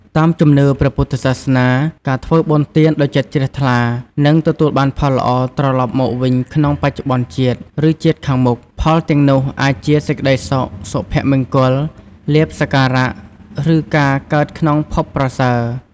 តាមជំនឿព្រះពុទ្ធសាសនា ការធ្វើបុណ្យទានដោយចិត្តជ្រះថ្លា នឹងទទួលបានផលល្អត្រឡប់មកវិញក្នុងបច្ចុប្បន្នជាតិ ឬជាតិខាងមុខ។ ផលទាំងនោះអាចជាសេចក្ដីសុខ សុភមង្គល លាភសក្ការៈ ឬការកើតក្នុងភពប្រសើរ។